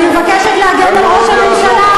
אני מבקשת להגן על ראש הממשלה.